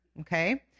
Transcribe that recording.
okay